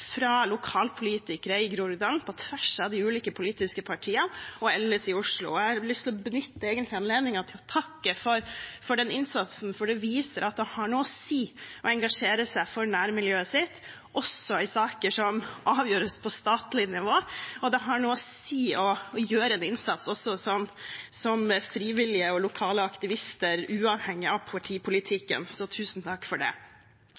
fra lokalpolitikere i Groruddalen på tvers av de ulike politiske partiene, og ellers i Oslo. Jeg har lyst til å benytte anledningen til å takke for den innsatsen, for det viser at det har noe å si å engasjere seg for nærmiljøet sitt også i saker som avgjøres på statlig nivå, og det har noe å si å gjøre en innsats også som frivillige og lokale aktivister uavhengig av partipolitikken. Tusen takk for det.